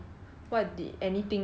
orh